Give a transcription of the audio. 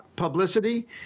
publicity